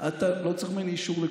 אתה לא צריך ממני אישור לכלום,